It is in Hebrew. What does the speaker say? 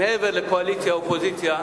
מעבר לקואליציה אופוזיציה,